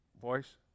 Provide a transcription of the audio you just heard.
voice